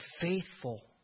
faithful